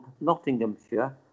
Nottinghamshire